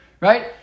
right